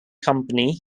company